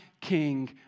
king